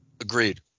Agreed